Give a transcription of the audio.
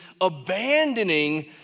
abandoning